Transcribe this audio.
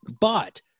But-